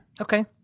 Okay